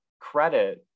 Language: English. credit